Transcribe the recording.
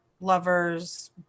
lover's